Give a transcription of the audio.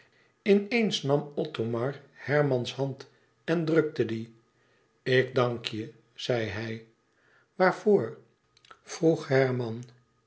in eens nam othomar hermans hand en drukte die ik dank je zei hij waarvoor vroeg herman